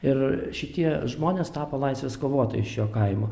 ir šitie žmonės tapo laisvės kovotojai iš jo kaimo